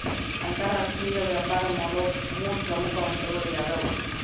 ಅಂತರಾಷ್ಟ್ರೇಯ ವ್ಯಾಪಾರ ಮಾಡೋದ್ ಮೂರ್ ಪ್ರಮುಖ ಅಂಶಗಳು ಯಾವ್ಯಾವು?